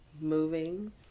moving